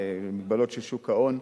למגבלות של שוק ההון.